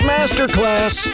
Masterclass